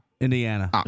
Indiana